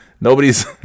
nobody's